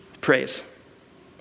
Praise